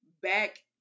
back